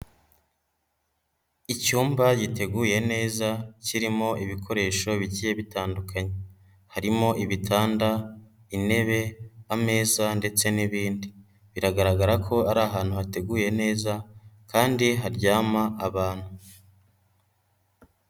Icyumba giteguye neza kirimo ibikoresho bike bitandukanye, harimo ibitanda, intebe, ameza ndetse n'ibindi, biragaragara ko ari ahantu hateguye neza kandi haryama abantu.